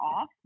off